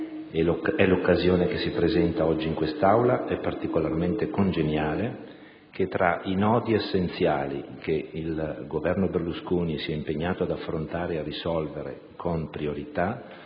e l'occasione che si presenta oggi in quest'Aula è particolarmente congeniale, che tra i nodi essenziali che il Governo Berlusconi si è impegnato ad affrontare e risolvere con priorità,